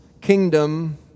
kingdom